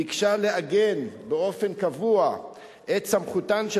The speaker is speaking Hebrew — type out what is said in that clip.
ביקשה לעגן באופן קבוע את סמכותן של